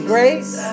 Grace